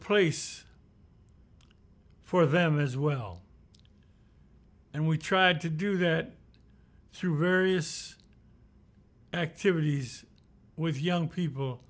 place for them as well and we tried to do that through various activities with young people